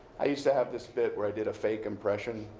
i used to have this bit where i did a fake impression.